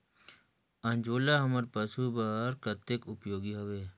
अंजोला हमर पशु बर कतेक उपयोगी हवे?